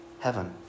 heaven